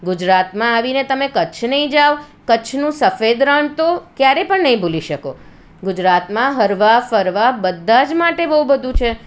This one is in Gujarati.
ગુજરાતમાં આવીને તમે કચ્છ નહીં જાઓ કચ્છનું સફેદ રણ તો ક્યારેય પણ નહીં ભૂલી શકો ગુજરાતમાં હરવા ફરવા બધા જ માટે બહુ બધું છે